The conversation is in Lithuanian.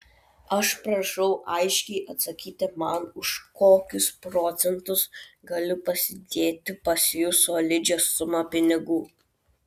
aš prašau aiškiai atsakyti man už kokius procentus galiu pasidėti pas jus solidžią sumą pinigų